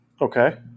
Okay